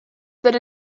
that